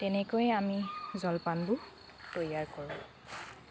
তেনেকৈয়ে আমি জলপানবোৰ তৈয়াৰ কৰোঁ